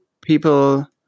people